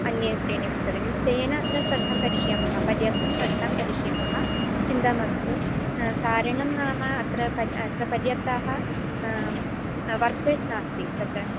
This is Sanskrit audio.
अन्य त्रीणि पुस्तकानि तेन अत्र श्रद्धां करिष्यामः पर्याप्तं श्रद्धां करिष्यामः चिन्ता मास्तु कारणं नाम अत्र पर्य अत्र पर्याप्ताः वर्कर्स् नास्ति तत्र